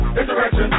insurrection